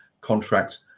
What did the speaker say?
contract